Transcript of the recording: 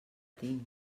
tinc